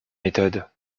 méthode